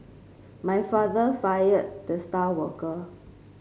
my father fired the star worker